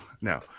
no